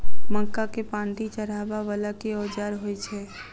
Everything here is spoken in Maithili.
मक्का केँ पांति चढ़ाबा वला केँ औजार होइ छैय?